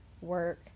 work